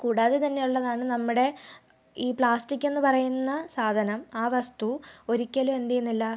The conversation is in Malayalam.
കൂടാതെ തന്നെ ഉള്ളതാണ് നമ്മുടെ ഈ പ്ലാസ്റ്റിക് എന്ന് പറയുന്ന സാധനം ആ വസ്തു ഒരിക്കലും എന്ത് ചെയ്യുന്നില്ല